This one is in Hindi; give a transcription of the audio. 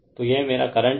तो यह मेरा करंट है